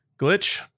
Glitch